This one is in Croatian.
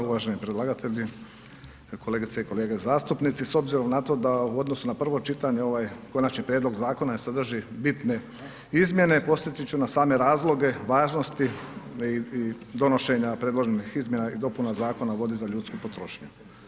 Uvaženi predlagatelji, kolegice i kolege zastupnici s obzirom da u odnosu na prvo čitanje je ovaj konačni prijedlog zakona sadrži bitne izmjene podsjetiti ću na same razloge, važnosti i donošenja predloženih izmjena i dopuna Zakona o vodi za ljudsku potrošnju.